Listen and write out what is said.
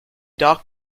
dark